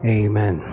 amen